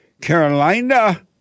Carolina